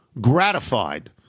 gratified